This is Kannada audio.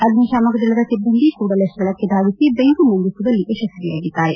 ಅಗ್ನಿಶಾಮಕ ದಳದ ಸಿಬ್ಲಂದಿ ಕೂಡಲೇ ಸ್ಥಳಕ್ಕೆ ಧಾವಿಸಿ ಬೆಂಕಿ ನಂದಿಸುವಲ್ಲಿ ಯಶಸ್ವಿಯಾಗಿದ್ದಾರೆ